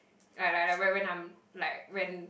like like like when when I'm like when